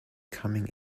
coming